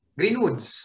Greenwoods